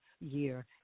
year